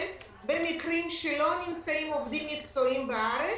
במקרים שלא נמצאים עובדים מקצועיים בארץ,